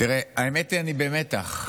האמת היא שאני במתח.